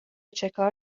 چکار